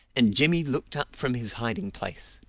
and jimmy looked up from his hiding-place.